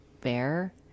bear